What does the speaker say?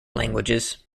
languages